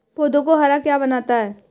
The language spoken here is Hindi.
पौधों को हरा क्या बनाता है?